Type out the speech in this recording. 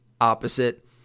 opposite